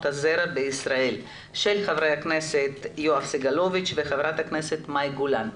הזרע בישראל של ח"כ יואב סגלוביץ' וח"כ מאי גולן.